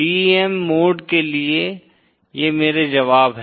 TEM mode के लिए ये मेरे जवाब हैं